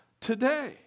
today